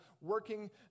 working